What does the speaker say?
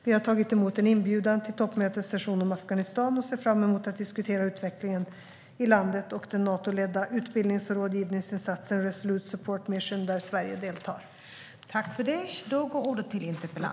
Vi har tagit emot en inbjudan till toppmötets session om Afghanistan och ser fram emot att diskutera utvecklingen i landet och den Natoledda utbildnings och rådgivningsinsatsen Resolute Support Mission där Sverige deltar.